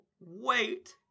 Wait